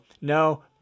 No